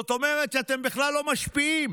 זאת אומרת שאתם בכלל לא משפיעים.